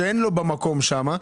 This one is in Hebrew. שאין לו במקום שם,